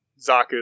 Zaku